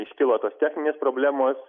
iškilo tos techninės problemos